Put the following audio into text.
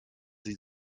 sie